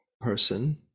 person